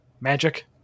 magic